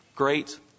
great